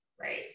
Right